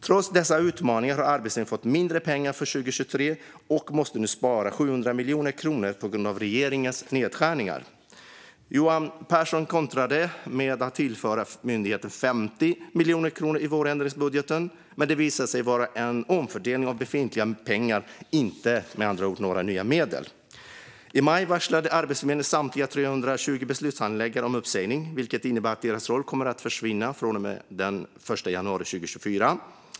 Trots dessa utmaningar har Arbetsförmedlingen fått mindre pengar för 2023 och måste nu spara 700 miljoner kronor på grund av regeringens nedskärningar. Johan Pehrson kontrade med att tillföra myndigheten 50 miljoner kronor i vårändringsbudgeten, men det visade sig vara en omfördelning av befintliga pengar - inte några nya medel. I maj varslades Arbetsförmedlingens samtliga 320 beslutshandläggare om uppsägning, vilket innebär att den rollen kommer att försvinna från och med den 1 januari 2024.